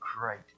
great